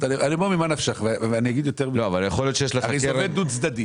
והוא נסחר בבורסה, לא צריך -- אתה מצדיק